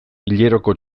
hileroko